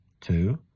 Two